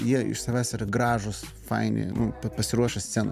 jie iš savęs yra gražūs faini nu pasiruošę scenai